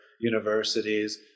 universities